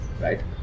right